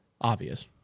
obvious